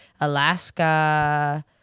Alaska